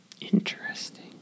Interesting